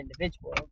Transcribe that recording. individuals